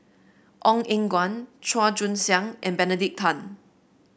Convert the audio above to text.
Ong Eng Guan Chua Joon Siang and Benedict Tan